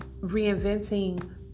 reinventing